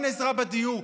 אין עזרה בדיור,